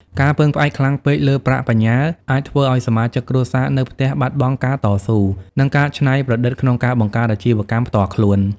ការពឹងផ្អែកខ្លាំងពេក លើប្រាក់បញ្ញើ អាចធ្វើឱ្យសមាជិកគ្រួសារនៅផ្ទះបាត់បង់ការតស៊ូ និងការច្នៃប្រឌិតក្នុងការបង្កើតអាជីវកម្មផ្ទាល់ខ្លួន។